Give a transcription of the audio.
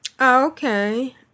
Okay